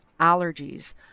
allergies